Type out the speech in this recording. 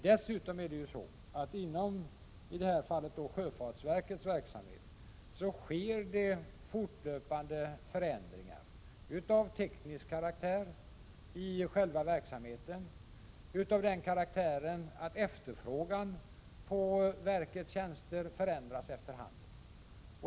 Dessutom är det så att det inom i detta fall sjöfartsverkets verksamhet fortlöpande sker sådana förändringar av teknisk karaktär att efterfrågan på verkets tjänster förändras efter hand.